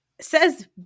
says